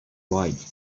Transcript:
white